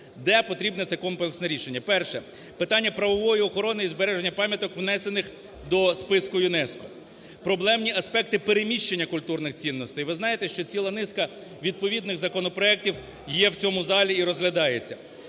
Де потрібне це комплексне рішення? Перше. Питання правової охорони і збереження пам'яток, внесених до списку ЮНЕСКО. Проблемні аспекти переміщення культурних цінностей. Ви знаєте, що культурних цінностей. Ви знаєте, що ціла низка відповідних законопроектів є в цьому залі і розглядається.